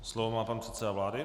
Slovo má pan předseda vlády.